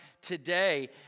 today